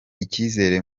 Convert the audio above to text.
icyizere